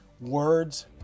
Words